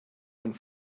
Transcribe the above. and